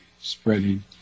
spreading